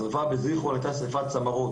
השריפה בזכרון הייתה שריפת צמרות